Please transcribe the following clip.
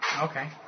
okay